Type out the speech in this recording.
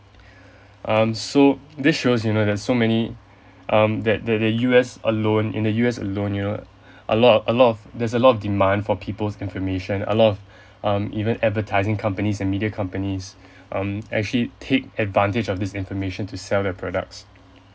um so this shows you know that so many um that that the U_S alone in the U_S alone you know a lot of a lot of there's a lot of demand for people's information a lot of um even advertising companies and media companies um actually take advantage of this information to sell their products